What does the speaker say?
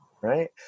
right